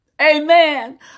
Amen